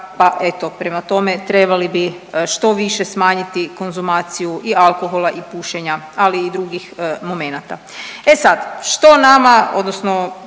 pa eto prema tome trebali bi što više smanjiti konzumaciju i alkohola i pušenja, ali i drugih momenata. E sad, što nama odnosno